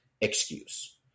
excuse